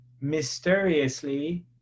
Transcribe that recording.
mysteriously